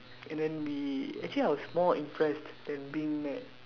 and then we actually I was more impressed than being mad